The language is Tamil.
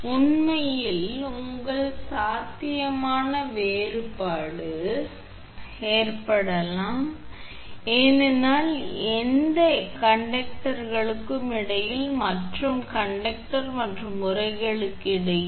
எனவே உண்மையில் உங்கள் சாத்தியமான வேறுபாடு ஏற்படலாம் ஏனெனில் எந்த 2 கண்டக்டர்களுக்கும் இடையில் மற்றும் கண்டக்டர் மற்றும் உறைகளுக்கு இடையில்